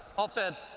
offense,